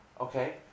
Okay